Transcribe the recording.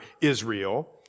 Israel